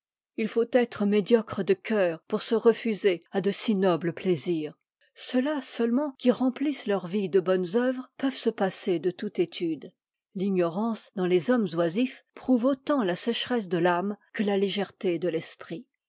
il faut être médiocre de cœur pour se refuser à de si nobles plaisirs ceux-là seulement qui remplissent leur vie dé bonnes oeuvres peuvent se passer de toute étude l'ignorance dans les hommes oisifs prouve autant ta sécheresse de t'âme que la légèreté de l'esprit